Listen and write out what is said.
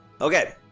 Okay